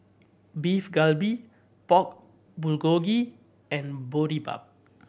Beef Galbi Pork Bulgogi and Boribap